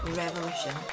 revolution